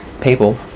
people